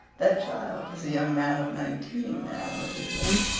that child is a young man of nineteen now, mrs. lynde.